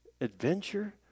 adventure